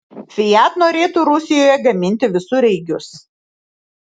fiat norėtų rusijoje gaminti visureigius